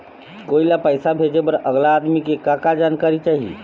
कोई ला पैसा भेजे बर अगला आदमी के का का जानकारी चाही?